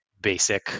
basic